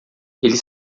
eles